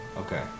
okay